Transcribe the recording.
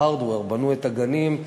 ב-hardware: בנו את הגנים,